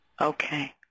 okay